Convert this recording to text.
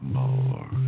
more